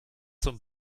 zum